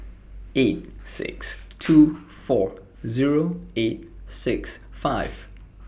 eight six two four Zero eight six five